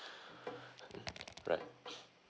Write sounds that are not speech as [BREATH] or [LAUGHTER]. [BREATH]